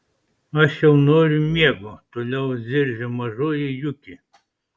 aš jau noriu miego toliau zirzė mažoji juki